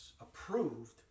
approved